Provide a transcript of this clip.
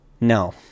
No